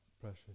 precious